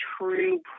true